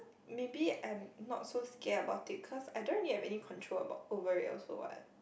maybe I'm not so scared about it cause I don't really have any control about over it also what